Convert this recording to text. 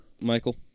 Michael